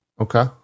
Okay